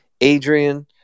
Adrian